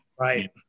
Right